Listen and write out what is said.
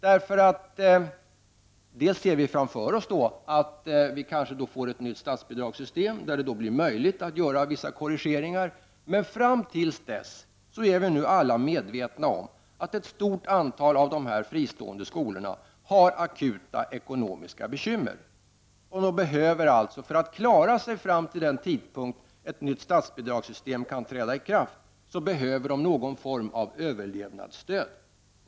Bl.a. ser vi framför oss att vi kanske får ett nytt statsbidragssystem där det blir möjligt att göra vissa korrigeringar. Men fram till dess är vi alla medvetna om att ett stort antal av dessa fristående skolor har akuta ekonomiska bekymmer. För att klara sig fram till den tidpunkt då ett nytt statsbidragssystem kan träda i kraft behöver skolorna någon form av överlevnadsstöd.